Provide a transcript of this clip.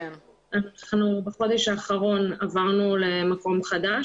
אנחנו בחודש האחרון עברנו למקום חדש.